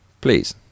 please